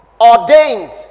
ordained